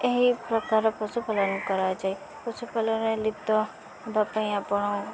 ଏହି ପ୍ରକାର ପଶୁପାଳନ କରାଯାଏ ପଶୁପାଳନ ଲିପ୍ତ ହେବା ପାଇଁ ଆପଣ